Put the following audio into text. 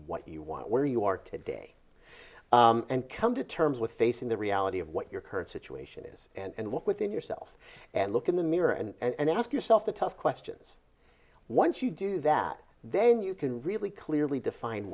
what you want where you are today and come to terms with facing the reality of what your current situation is and look within yourself and look in the mirror and ask yourself the tough questions once you do that then you can really clearly define